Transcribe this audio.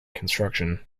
construction